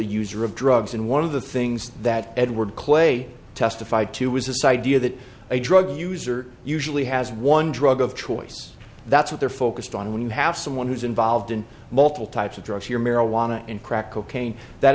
user of drugs and one of the things that edward clay testified to was a side view that a drug user usually has one drug of choice that's what they're focused on when you have someone who's involved in multiple types of drugs here marijuana and crack cocaine that